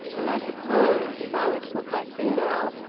and i suppose if i were to put my finger up!